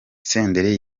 senderi